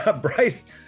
Bryce